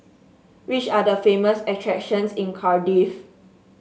which are the famous attractions in Cardiff